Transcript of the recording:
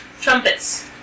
trumpets